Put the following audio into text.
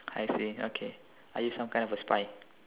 I see okay are you some kind of a spy